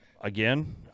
Again